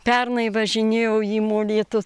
pernai važinėjau į molėtus